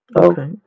Okay